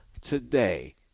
Today